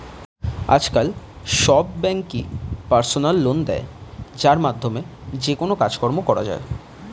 আজকাল সব ব্যাঙ্কই পার্সোনাল লোন দেয় যার মাধ্যমে যেকোনো কাজকর্ম করা যায়